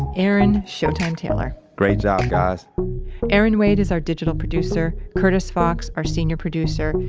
aaron showtime taylor great job, guys erin wade is our digital producer, curtis fox our senior producer,